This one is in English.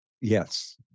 Yes